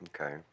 Okay